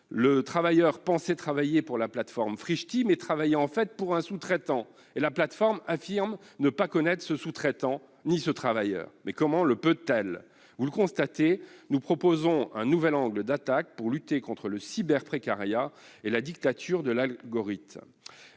Le travailleur pensait travailler pour la plateforme Frichti alors qu'il travaillait en fait pour un sous-traitant. Or la plateforme affirme ne connaître ni ce sous-traitant ni ce travailleur. Comment est-ce possible ? Vous le constatez, nous proposons un nouvel angle d'attaque pour lutter contre le cyber-précariat et la dictature de l'algorithme.